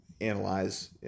analyze